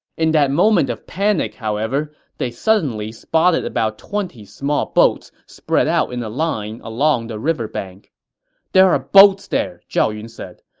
in that moment of panic, however, they suddenly spotted about twenty small boats spread out in a line along the river bank there are boats there! zhao yun said.